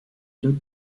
look